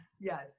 Yes